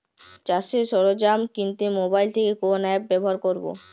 চাষের সরঞ্জাম কিনতে মোবাইল থেকে কোন অ্যাপ ব্যাবহার করব?